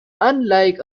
unlike